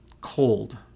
cold